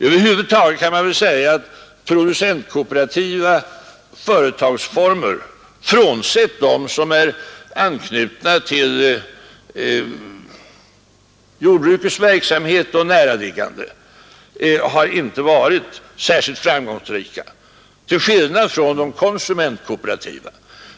Över huvud taget kan väl sägas att producentkooperativa företagsformer, frånsett sådana som är anknutna till verksamhet inom jordbruket och näraliggande näringar, inte har varit särskilt framgångsrika, till skillnad från de konsumentkooperativa.